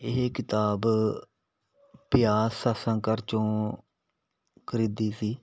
ਇਹ ਕਿਤਾਬ ਬਿਆਸ ਸਤਸੰਗ ਘਰ 'ਚੋਂ ਖਰੀਦੀ ਸੀ